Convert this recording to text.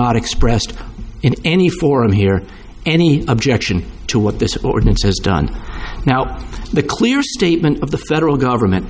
not expressed in any forum here any objection to what this ordinance has done now the clear statement of the federal government